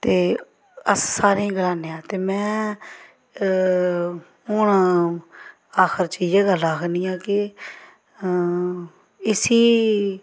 ते अस सारें गी गलाने आं ते में हून आखर च इ'यै गल्ल आखनी आं कि इसी